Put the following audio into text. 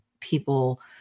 people